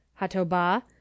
hatoba